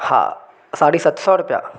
हा साढी सत सौ रुपया